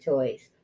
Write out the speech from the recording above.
Toys